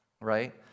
right